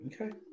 Okay